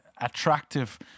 attractive